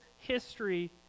history